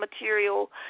material